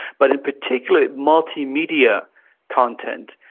but in particular multimedia content,